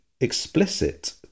Explicit